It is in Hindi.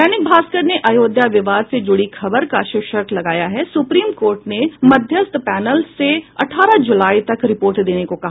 दैनिक भास्कर ने अयोध्या विवाद से जुड़ी खबर का शीर्षक लगाया है सुप्रीम कोर्ट ने मध्यस्थ पैनल से अठारह जुलाई तक रिपोर्ट देने को कहा